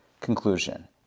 conclusion